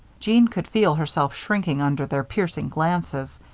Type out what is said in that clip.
jeanne could feel herself shrinking under their piercing glances.